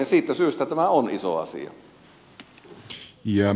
siitä syystä tämä on iso asia